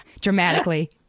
dramatically